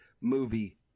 movie